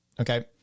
okay